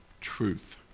truth